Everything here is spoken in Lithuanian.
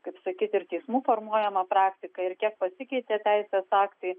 kaip sakyti ir teismų formuojama praktika ir kiek pasikeitė teisės aktai